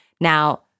Now